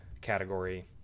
category